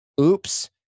oops